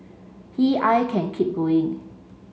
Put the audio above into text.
he I can keep going